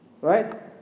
Right